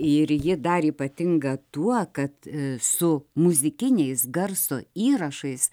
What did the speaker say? ir ji dar ypatinga tuo kad su muzikiniais garso įrašais